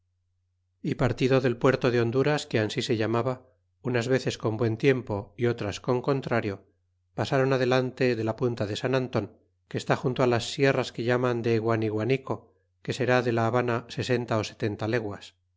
y partido del puerto de honduras que ansi se llamaba unas veces con buen tiempo é otras con contrario pasaron adelante de la punta de san anton que está junto á las sierras que llaman de guaniguanico que será de la habana sesenta ó setenta leguas